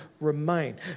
remain